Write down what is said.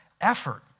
effort